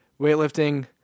weightlifting